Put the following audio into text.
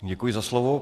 Děkuji za slovo.